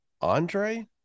Andre